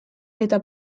eta